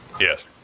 Yes